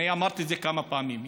אמרתי את זה כמה פעמים,